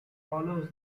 follows